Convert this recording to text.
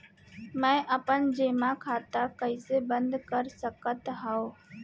मै अपन जेमा खाता कइसे बन्द कर सकत हओं?